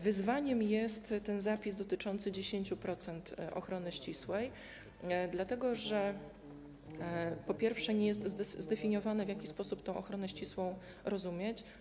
Wyzwaniem jest ten zapis dotyczący 10% ochrony ścisłej, po pierwsze dlatego, że nie jest zdefiniowane, w jaki sposób tę ochronę ścisłą rozumieć.